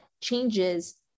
changes